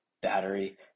battery